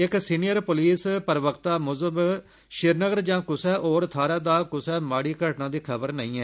इक senior police प्रवक्ता मुजब श्रीनगर दा कुसै होर थाहरा दा कुसै माड़ी घटना दी खबर नेंई ऐ